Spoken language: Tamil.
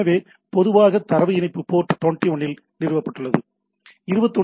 எனவே பொதுவாக தரவு இணைப்பு போர்ட் 20 இல் நிறுவப்பட்டுள்ளது